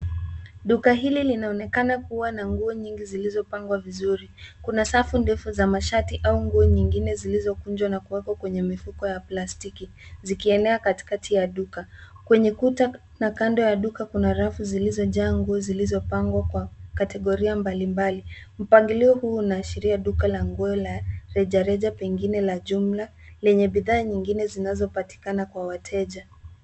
Duka hili linaonekana kuwa na nguo nyingi zilizopangwa vizuri. Kuna safu ndefu za mashati au nguo nyengine zilizokunjwa na kuwekwa katika mifuko ya plastiki. Zikienea katikati ya duka. Kwenye kuta na kando ya duka kuna rafu zilizo jaa nguo zilizopangwa kwa kategoria mbali mbali. Mpangilio huu unashiria duka la nguo la reja reja pengine la jumla lenye bidhaa ya nyingine zinazopatikana kwa wateja.